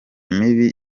mibi